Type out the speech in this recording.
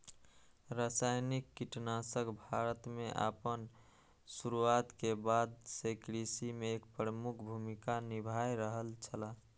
रासायनिक कीटनाशक भारत में आपन शुरुआत के बाद से कृषि में एक प्रमुख भूमिका निभाय रहल छला